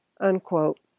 unquote